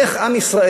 איך עם ישראל,